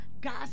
God